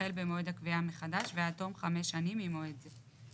החל במועד הקביעה מחדש ועד תום חמש שנים ממועד זה.